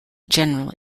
general